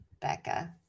becca